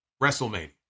Wrestlemania